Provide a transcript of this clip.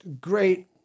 great